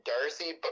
Darcy